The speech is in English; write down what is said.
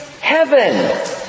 heaven